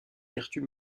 vertus